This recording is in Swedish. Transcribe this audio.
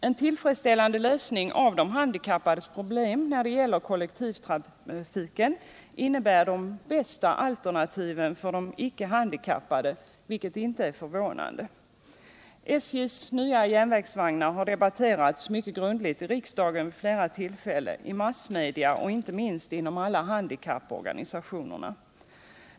En tillfredsställande lösning av de handikappades problem när det gäller kollektivtrafiken innebär de bästa alternativen för de icke handikappade, vilket inte är förvånande. SJ:s nya järnvägsvagnar har debatterats mycket grundligt i riksdagen vid flera tillfällen, i massmedia och inte minst inom alla handikapporganisationerna.